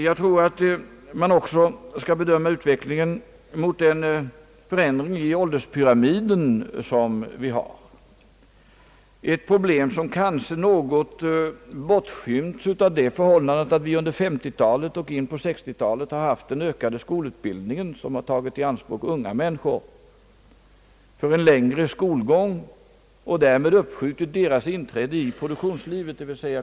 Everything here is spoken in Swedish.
Jag tror att man också skall se utvecklingen mot bakgrunden av den förändring i ålderspyramiden som äger rum. Det problemet skyms kanske i någon mån bort av det förhållandet att vi under 1950-talet och in på 1960 talet har haft en starkt expanderande skolutbildning, som tagit unga människor i anspråk för en längre skolgång och därmed uppskjutit deras inträde i produktionslivet.